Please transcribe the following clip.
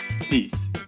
Peace